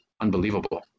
unbelievable